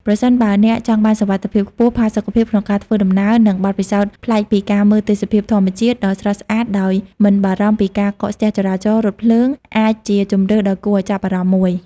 ប្រសិនបើអ្នកចង់បាន សុវត្ថិភាពខ្ពស់ ផាសុកភាព ក្នុងការធ្វើដំណើរ និងបទពិសោធន៍ប្លែកពីការ មើលទេសភាពធម្មជាតិ ដ៏ស្រស់ស្អាតដោយមិនបារម្ភពីការកកស្ទះចរាចរណ៍ រថភ្លើង អាចជាជម្រើសដ៏គួរឱ្យចាប់អារម្មណ៍មួយ។